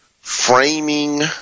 framing